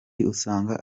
usanga